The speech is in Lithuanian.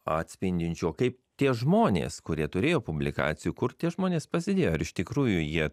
atspindinčio kaip tie žmonės kurie turėjo publikacijų kur tie žmonės pasidėjo ar iš tikrųjų jie